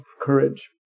courage